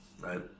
right